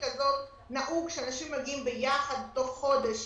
הזאת נהוג שאנשים מגיעים ביחד בתוך חודש,